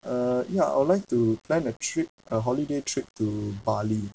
uh ya I would like to plan a trip a holiday trip to bali